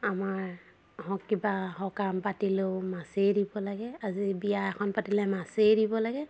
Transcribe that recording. আমাৰ কিবা সকাম পাতিলেও মাছেই দিব লাগে আজি বিয়া এখন পাতিলে মাছেই দিব লাগে